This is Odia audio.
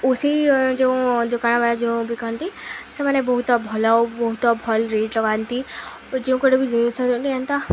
ଓ ସେଇ ଯେଉଁ ଦୋକାନମାନେ ଯେଉଁ ବିକନ୍ତି ସେମାନେ ବହୁତ ଭଲ ବହୁତ ଭଲ୍ ରେଟ୍ ଲଗାନ୍ତି ଯେଉଁ ଗୋଟେ ବି ଜିନିଷ ଅଣନ୍ତି ଏନ୍ତା